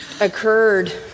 occurred